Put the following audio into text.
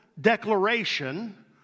declaration